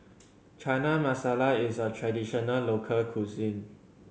Chana Masala is a traditional local cuisine